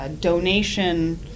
donation